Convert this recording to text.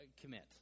commit